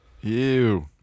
Ew